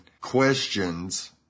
questions